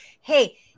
hey